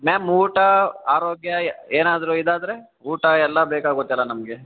ma'am ಊಟ ಆರೋಗ್ಯ ಏನಾದರೂ ಇದಾದರೆ ಊಟ ಎಲ್ಲ ಬೇಕಾಗುತ್ತಲ್ಲ ನಮಗೆ